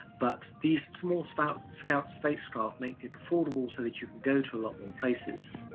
but these small scout scout spacecraft makes it affordable so that you can go to a lot more places.